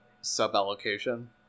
sub-allocation